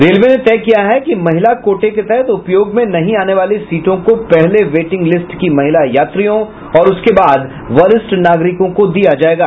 railway ने तय किया है कि महिला कोटे के तहत उपयोग में नहीं आने वाली सीटों को पहले वेटिंग लिस्ट की महिला यात्रियों और उसके बाद वरिष्ठ नागरिकों को दिया जायेगा